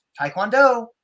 Taekwondo